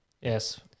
Yes